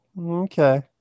Okay